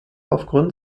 aufgrund